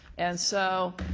and so